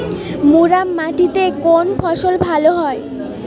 মুরাম মাটিতে কোন ফসল ভালো হয়?